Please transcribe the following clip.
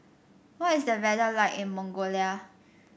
what is the weather like in Mongolia